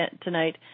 tonight